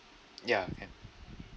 ya can